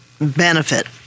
benefit